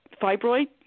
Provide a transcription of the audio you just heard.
fibroid